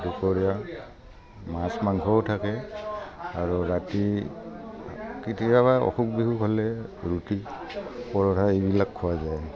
দুপৰীয়া মাছ মাংসও থাকে আৰু ৰাতি কেতিয়াবা অসুখ বিসুখ হ'লে ৰুটি পৰঠা এইবিলাক খোৱা যায়